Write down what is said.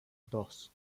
dos